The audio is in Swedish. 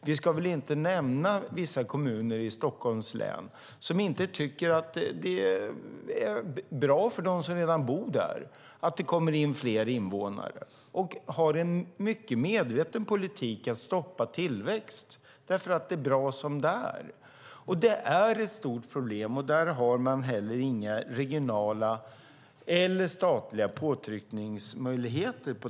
Vi ska inte nämna vid namn de kommuner i Stockholms län som inte tycker att det är bra för dem som redan bor där att det kommer in fler invånare och som har en medveten politik för att stoppa tillväxt för att det är bra som det är. Detta är ett stort problem, och här har man heller inga regionala eller statliga påtryckningsmöjligheter.